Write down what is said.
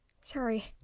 Sorry